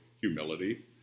Humility